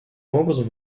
образом